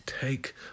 take